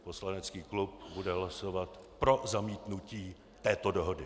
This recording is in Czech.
Poslanecký klub bude hlasovat pro zamítnutí této dohody.